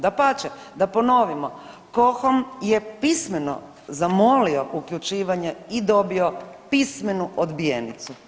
Dapače, da ponovimo, KoHOM je pismeno zamolio uključivanje i dobio pismenu odbijenicu.